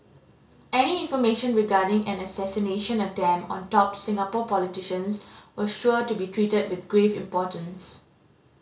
any information regarding an assassination attempt on top Singapore politicians was sure to be treated with grave importance